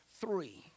three